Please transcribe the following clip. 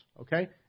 Okay